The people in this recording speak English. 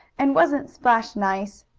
and wasn't splash nice!